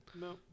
No